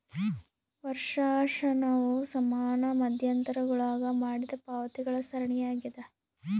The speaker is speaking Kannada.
ವರ್ಷಾಶನವು ಸಮಾನ ಮಧ್ಯಂತರಗುಳಾಗ ಮಾಡಿದ ಪಾವತಿಗಳ ಸರಣಿಯಾಗ್ಯದ